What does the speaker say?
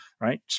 right